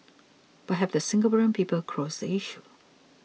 but have the Singaporean people closed the issue